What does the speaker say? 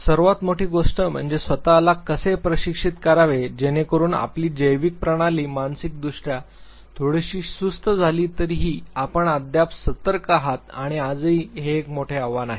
सर्वात मोठी गोष्ट म्हणजे स्वत ला कसे प्रशिक्षित करावे जेणेकरून आपली जैविक प्रणाली मानसिकदृष्ट्या थोडीशी सुस्त झाली तरीही आपण अद्याप सतर्क आहात आणि आजही हे एक मोठे आव्हान आहे